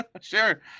Sure